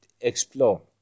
Explore